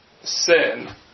sin